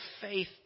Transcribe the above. faith